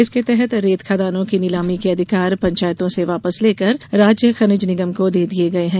इसके तहत रेत खदानों की नीलामी के अधिकार पंचायतों से वापस लेकर राज्य खनिज निगम को दे दिए गए हैं